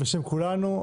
בשם כולנו.